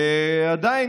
ועדיין,